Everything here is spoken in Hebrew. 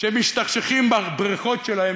שמשתכשכים בבריכות שלהם,